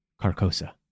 Carcosa